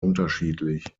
unterschiedlich